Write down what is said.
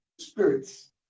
spirits